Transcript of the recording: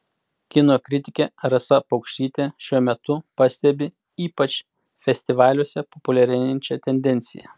kino kritikė rasa paukštytė šiuo metu pastebi ypač festivaliuose populiarėjančią tendenciją